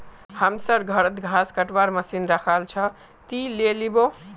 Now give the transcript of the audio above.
हमसर घरत घास कटवार मशीन रखाल छ, ती ले लिबो